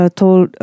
told